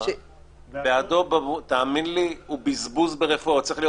הוא לא